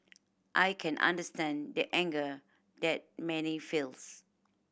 I can understand the anger that many feels